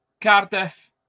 Cardiff